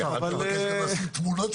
בסדר.